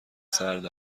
سرد